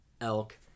elk